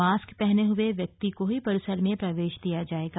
mask पहने हुए व्यक्ति को ही परिसर में प्रवेश दिया जाएगा